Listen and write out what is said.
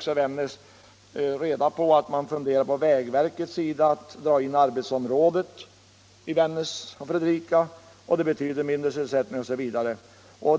Vi har i Vännäs reda på att vägverket funderar på att dra in arbetsområdet i Vännäs och Fredrika. Det betyder också mindre sysselsättning. Allt